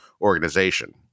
organization